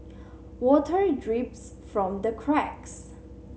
water drips from the cracks